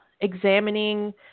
examining